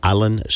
Alan